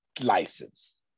license